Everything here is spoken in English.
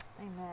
Amen